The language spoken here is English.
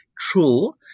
True